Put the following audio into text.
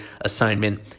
assignment